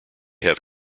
have